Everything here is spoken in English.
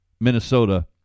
Minnesota